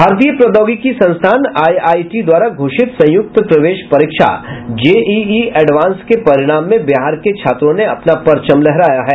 भारतीय प्रौद्योगिकी संस्थान आईआईटी द्वारा घोषित संयुक्त प्रवेश परीक्षा जेईई एडवांस के परिणाम में बिहार के छात्रों ने अपना परचम लहराया है